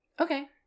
Okay